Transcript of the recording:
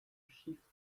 chiffre